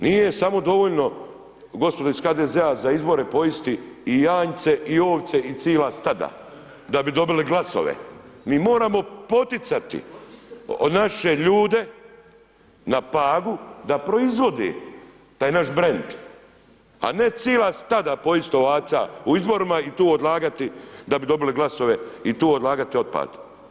Nije samo dovoljno, gospodo iz HDZ-a za izbore pojesti i janjce i ovce i cijela stada da bi dobili glasove, mi moramo poticati naše ljude na Pagu da proizvodi taj naš brand, a ne cijela stada pojest ovaca u izborima i to odlagati da bi dobili glasove i tu odlagati otpad.